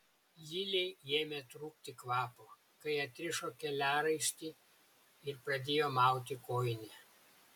lilei ėmė trūkti kvapo kai atrišo keliaraištį ir pradėjo mauti kojinę